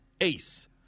Ace